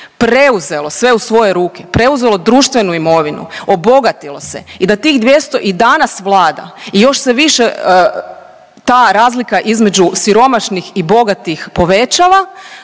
preuzelo sve u svoje ruke, preuzelo društvenu imovinu, obogatilo se i da tih 200 i danas vlada i još se više ta razlika između siromašnih i bogatih povećava,